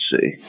see